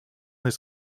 his